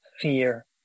fear